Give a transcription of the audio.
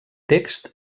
text